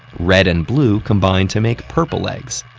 red and blue combine to make purple eggs,